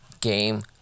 game